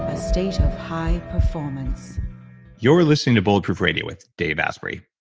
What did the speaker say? a stage of high performance you're listening to bulletproof radio with dave asprey.